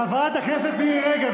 --- חברת הכנסת מירי רגב,